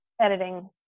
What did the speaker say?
editing